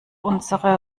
unsere